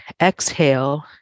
exhale